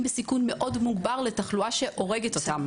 בסיכון מאוד מוגבר לתחלואה שהורגת אותם.